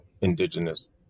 indigenous